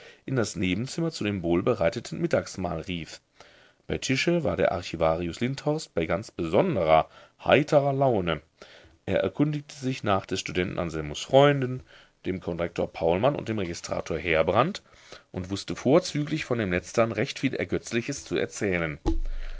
in das nebenzimmer zu dem wohlbereiteten mittagsmahl rief bei tische war der archivarius lindhorst bei ganz besonderer heiterer laune er erkundigte sich nach des studenten anselmus freunden dem konrektor paulmann und dem registrator heerbrand und wußte vorzüglich von dem letztern recht viel ergötzliches zu erzählen